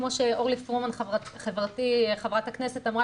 כמו שאורלי פרומן חברתי חברת הכנסת אמרה